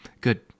Good